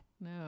No